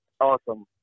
Awesome